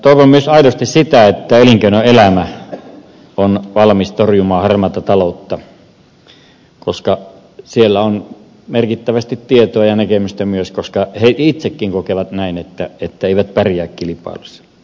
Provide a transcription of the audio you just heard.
toivon myös aidosti sitä että elinkeinoelämä on valmis torjumaan harmaata taloutta koska myös siellä on merkittävästi tietoa ja näkemystä koska he itsekin kokevat näin että eivät pärjää kilpailussa